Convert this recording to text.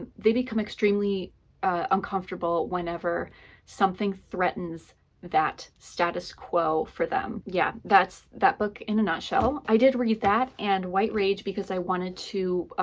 ah they become extremely uncomfortable whenever something threatens that status quo for them. yeah, that's, that book in a nutshell. i did read that and white rage because i wanted to